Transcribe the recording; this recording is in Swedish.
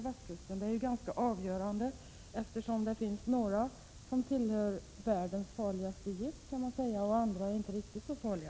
Detta är av avgörande betydelse, eftersom några av dessa ämnen tillhör världens farligaste gifter, medan andra inte är riktigt så farliga.